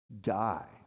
die